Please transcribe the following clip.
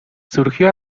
surgió